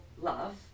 love